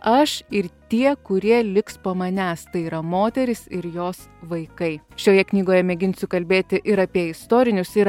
aš ir tie kurie liks po manęs tai yra moteris ir jos vaikai šioje knygoje mėginsiu kalbėti ir apie istorinius ir